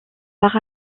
par